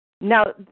Now